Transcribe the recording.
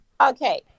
Okay